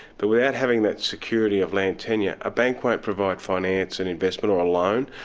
but without having that security of land tenure, a bank won't provide finance and investment or a loan.